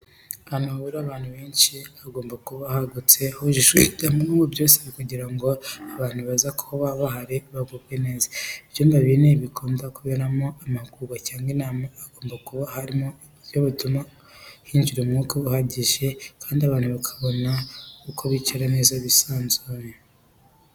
Ahantu hahurira abantu benshi hagomba kuba hagutse hujujwe ibyangombwa byose kugira ngo abantu baza kuba bahari bagubwe neza. Ibyumba binini bikumda kuberamo amahugurwa cyangwa inama hagomba kuba hari uburyo butuma hinjira umwuka uhagije kandi abantu bakabona uko bicara neza bisanzuye.